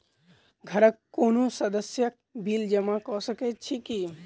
घरक कोनो सदस्यक बिल जमा कऽ सकैत छी की?